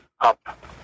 up